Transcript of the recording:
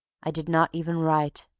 i did not even write.